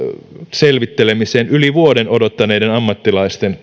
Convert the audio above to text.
selvittelemisessä yli vuoden odottaneiden ammattilaisten